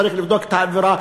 צריך לבדוק את האווירה,